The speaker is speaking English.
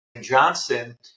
Johnson